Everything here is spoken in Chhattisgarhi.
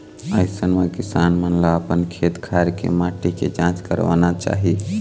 अइसन म किसान मन ल अपन खेत खार के माटी के जांच करवाना चाही